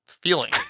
Feeling